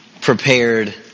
prepared